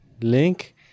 link